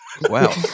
Wow